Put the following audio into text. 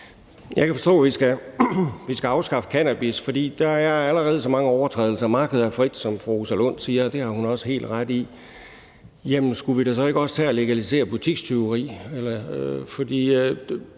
Jeg kan forstå, at vi skal afskaffe det med hensyn til cannabis, fordi der allerede er så mange overtrædelser og markedet er frit, som fru Rosa Lund siger, og det har hun også helt ret i. Jamen skulle vi da så ikke også tage og legalisere butikstyveri?